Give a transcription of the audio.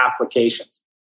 applications